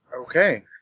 Okay